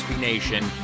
Nation